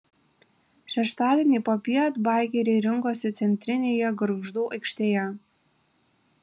šeštadienį popiet baikeriai rinkosi centrinėje gargždų aikštėje